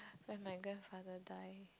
when my grandfather die